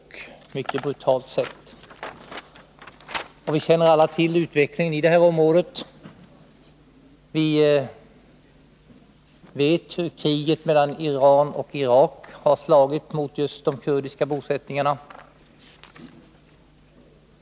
Vi känner alla till utvecklingen i detta område. Vi vet hur kriget mellan Iran och Irak har slagit mot just de kurdiska bosättningarna.